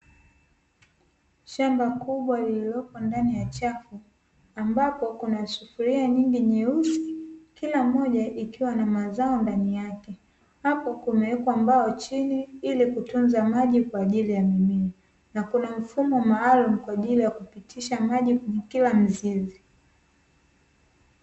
Shamba kubwa lililopo ndani ya chafu ambapo kuna sufuria nyingi nyeusi, kila moja ikiwa na mazao ndani yake. Hapo kumewekwa mbao chini ili kutunza maji kwa ajili ya mimea na kuna mfumo maalumu kwa ajili ya kupitiaha maji kwenye kila mzizi.